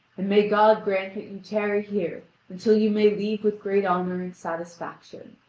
and may god grant that you tarry here until you may leave with great honour and satisfaction!